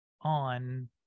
on